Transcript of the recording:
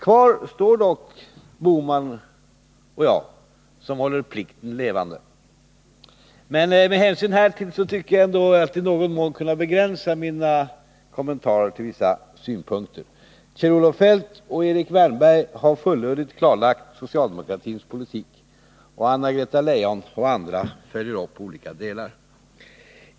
Kvar står då Gösta Bohman och jag, som håller plikten levande. Med hänsyn härtill tycker jag dock att det är befogat att jag i någon mån begränsar mina kommentarer och lämnar synpunkter på bara vissa frågor. Kjell-Olof Feldt och Erik Wärnberg har fullödigt klarlagt socialdemokratins politik, och Anna-Greta Leijon och andra följer upp i olika delar.